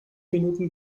minuten